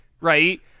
right